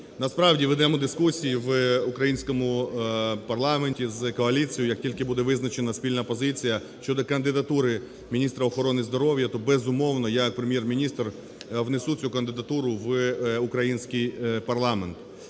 Насправді ведемо дискусію в українському парламенті з коаліцією. Як тільки буде визначена спільна позиція щодо кандидатури міністра охорони здоров'я, то, безумовно, я як Прем'єр-міністр внесу цю кандидатуру в український парламент.